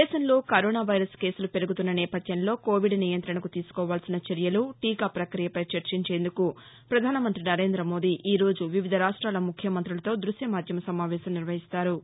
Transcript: దేశంలో corona virus కేనులు పెరుగుతున్న నేవథ్యంలో కోవిడ్ నియంతణకు తీసుకోవాల్సిన చర్యలు టీకా ప్రక్రియపై చర్చించేందుకు ప్రధానమంతి నరేంద్రమోదీ ఈరోజు వివిధ రాష్ట్విల ముఖ్యమంతులతో దృశ్య మాధ్యమ సమావేశం నిర్వహిస్తారు